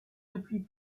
depuis